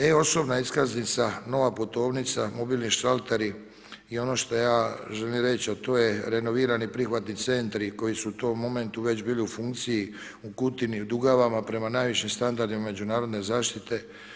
E-osobna iskaznica, nova putovnica, mobilni šalteri, i ono što ja želim reći a to je renovirani prihvatni centri koji su to u momentu već bili u funkciji u Kutini, Dugavama, prema najvišim standardima međunarodne zaštite.